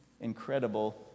incredible